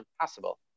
impossible